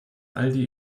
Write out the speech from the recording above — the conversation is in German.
aldi